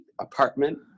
apartment